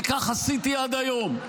וכך עשיתי עד היום,